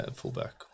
fullback